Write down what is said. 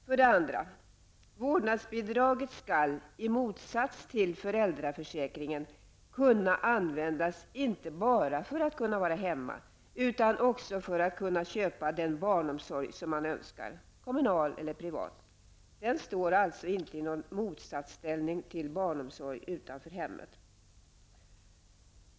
Vårdnadsbidrag skall för det andra, i motsats till föräldraförsäkringen, kunna användas inte bara för att vara hemma utan också för att kunna köpa den barnomsorg som man önskar -- kommunal eller privat. Den står alltså inte i någon motsatsställning till barnomsorg utanför hemmet.